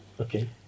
Okay